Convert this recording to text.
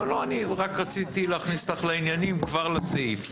אני רק רציתי להכניס אותך לעני2ינים כבר לסעיף.